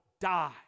die